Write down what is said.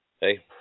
Hey